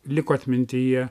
liko atmintyje